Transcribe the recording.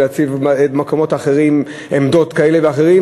ולהציב במקומות אחרים עמדות כאלה ואחרות,